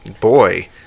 boy